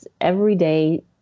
everyday